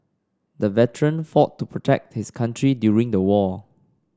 the veteran fought to protect his country during the war